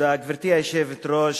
גברתי היושבת-ראש,